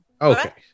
Okay